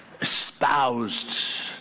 espoused